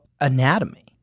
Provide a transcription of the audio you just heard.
anatomy